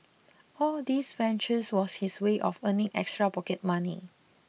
all these ventures was his way of earning extra pocket money